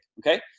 Okay